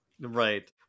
Right